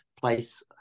place